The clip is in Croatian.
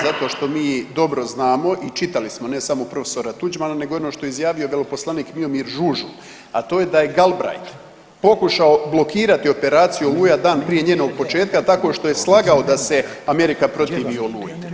Zato što mi dobro znamo i čitali smo ne samo prof. Tuđmana nego i ono što je izjavio veleposlanik Miomir Žužul, a to je da je Galbraith pokušao blokirati operaciju Oluja dan prije njenog početka tako što je slagao da se Amerika protivi Oluji.